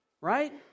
right